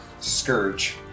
scourge